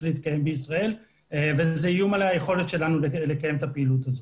להתקיים בישראל וזה איום על היכולת שלנו לקיים אתה פעילות הזו.